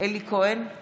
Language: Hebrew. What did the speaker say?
אלי כהן,